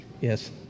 Yes